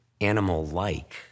animal-like